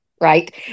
Right